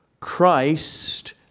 Christ